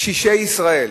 קשישי ישראל,